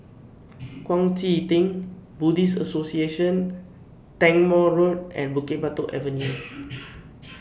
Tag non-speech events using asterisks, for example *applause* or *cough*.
Kuang Chee Tng Buddhist Association Tangmere Road and Bukit Batok Avenue *noise*